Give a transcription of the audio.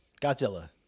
Godzilla